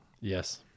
Yes